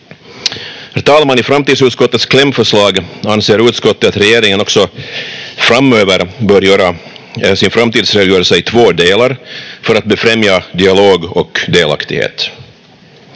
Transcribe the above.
Herr talman! I framtidsutskottets klämförslag anser utskottet att regeringen också framöver bör göra sin framtidsredogörelse i två delar för att befrämja dialog och delaktighet.